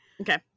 Okay